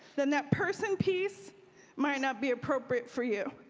then that person piece might not be appropriate for you.